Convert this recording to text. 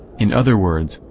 in other words,